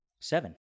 Seven